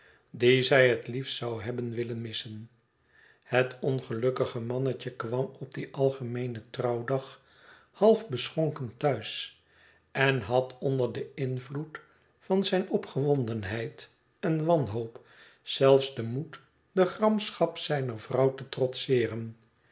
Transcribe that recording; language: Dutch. dien zij het liefst zou hebben willen missen het ongeiukkige mannetje kwam op dien algemeenen trouwdag half beschonken t huis en had onder den invloed van zijn opgewondenheid en wanhoop zelfs den moed de gramschap zijner vrouw te trotseeren